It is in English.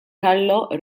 carlo